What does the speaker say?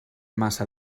massa